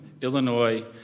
Illinois